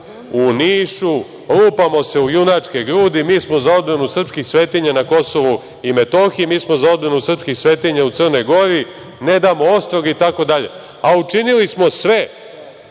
u Nišu lupamo se u junačke grudi, mi smo za odbranu srpskih svetinja na KiM, mi smo za odbranu srpskih svetinja u Crnoj Gori, ne damo Ostrog itd. A učinili smo sve